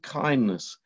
kindness